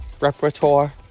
Repertoire